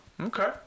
Okay